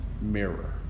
mirror